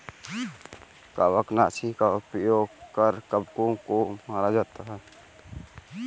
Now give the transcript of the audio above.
कवकनाशी का उपयोग कर कवकों को मारा जाता है